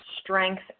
strength